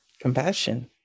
compassion